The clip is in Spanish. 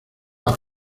una